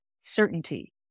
certainty